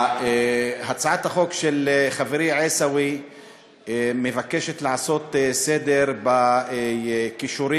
הצעת החוק של חברי עיסאווי מבקשת לעשות סדר בכישורים